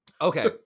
Okay